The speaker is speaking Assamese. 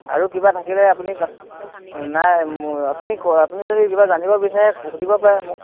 আৰু কিবা থাকিলে আপুনি নাই আপুনি আপুনি যদি কিবা জানিব বিচাৰে সুধিব পাৰে মোক